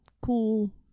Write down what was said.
cool